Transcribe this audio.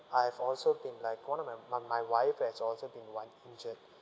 I've also been like one of my my my wife has also been one injured